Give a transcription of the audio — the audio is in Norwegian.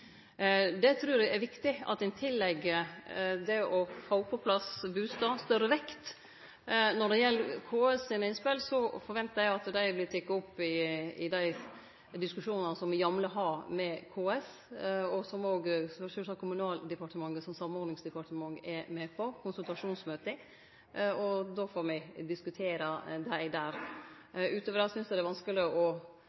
Det trur eg er viktig, at ein tillegg det å få på plass bustader, større vekt. Når det gjeld KS sine innspel, så forventar eg at dei vert tekne opp i dei diskusjonane som me jamleg har med KS, i konsultasjonsmøta, som òg sjølvsagt Kommunaldepartementet som samordningsdepartement er med på – me får diskutere dei der.